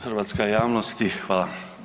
hrvatska javnosti, hvala.